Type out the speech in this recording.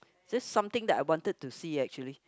this something that I wanted to see actually